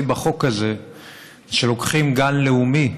אבל הנקודה שכואבת לי בחוק הזה היא שלוקחים גן לאומי,